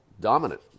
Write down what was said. dominant